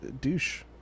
douche